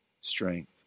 strength